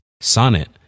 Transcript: Sonnet